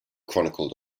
chronicled